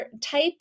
type